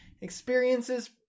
experiences